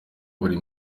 buri